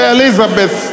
Elizabeth